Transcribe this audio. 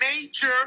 major